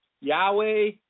Yahweh